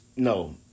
No